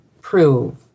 prove